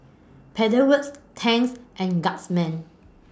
Pedal Works Tangs and Guardsman